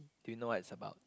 do you know what it's about